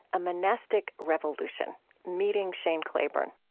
a monastic revolution meeting shane claiborne.